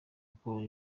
uko